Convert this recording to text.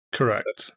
Correct